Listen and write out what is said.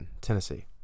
Tennessee